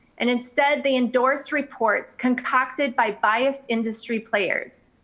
and instead they endorse reports concocted by bias industry players.